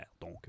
Donc